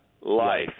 life